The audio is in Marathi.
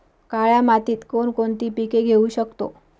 काळ्या मातीत कोणकोणती पिके घेऊ शकतो?